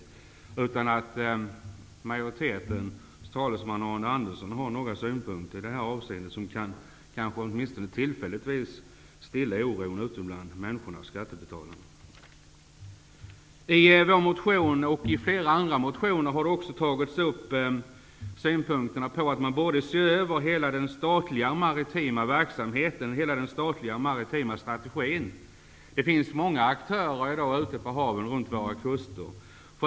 Jag hoppas att majoritetens talesman Arne Andersson har några synpunkter i detta avseende som åtminstone tillfälligtvis kan stilla oron ute bland skattebetalarna. I vår motion och i flera andra motioner har synpunkter på att man borde se över hela den statliga maritima verksamheten -- hela den statliga maritima strategin -- tagits upp. Det finns i dag många aktörer ute på haven runt våra kuster.